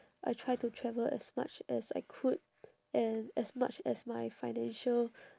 I try to travel as much as I could and as much as my financial